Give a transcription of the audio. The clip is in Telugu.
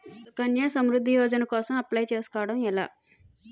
సుకన్య సమృద్ధి యోజన కోసం అప్లయ్ చేసుకోవడం ఎలా?